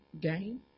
game